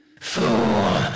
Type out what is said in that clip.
Fool